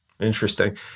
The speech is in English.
Interesting